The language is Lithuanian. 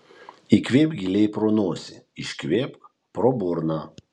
įkvėpk giliai pro nosį iškvėpk pro burną